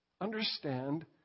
Understand